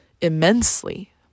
immensely